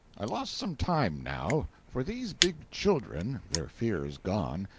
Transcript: i lost some time, now, for these big children, their fears gone,